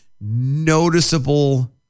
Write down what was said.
noticeable